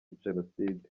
jenoside